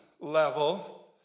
level